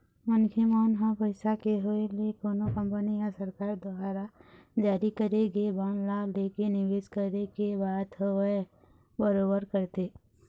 मनखे मन ह पइसा के होय ले कोनो कंपनी या सरकार दुवार जारी करे गे बांड ला लेके निवेस करे के बात होवय बरोबर करथे